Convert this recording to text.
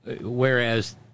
Whereas